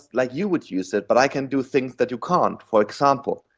like you would use it, but i can do things that you can't. for example,